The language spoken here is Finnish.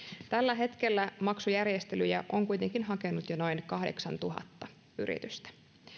tällä hetkellä maksujärjestelyjä on kuitenkin hakenut jo noin kahdeksantuhatta yritystä